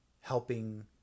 helping